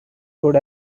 could